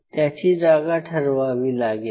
त्याची जागा ठरवावी लागेल